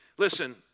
Listen